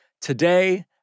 Today